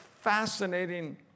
fascinating